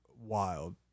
wild